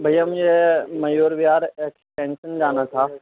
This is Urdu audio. بھیا مجھے میور وہار ایکسٹنشن جانا تھا